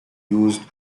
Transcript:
used